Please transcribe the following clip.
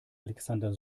alexander